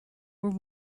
were